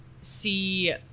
see